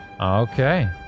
Okay